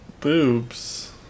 boobs